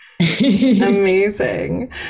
Amazing